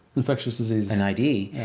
infectious diseases. in id.